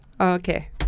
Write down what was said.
okay